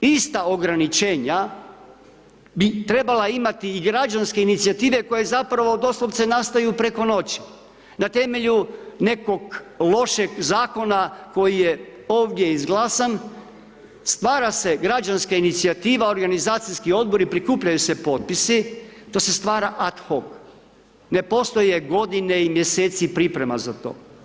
Ista ograničenja bi trebala imati i građanske inicijative koje zapravo doslovce nastaju preko noći na temelju nekog lošeg Zakona koji je ovdje izglasan, stvara se građanska inicijativa, organizacijski odbori, prikupljaju se potpisi, to se stvara ad hoc, ne postoje godine i mjeseci priprema za to.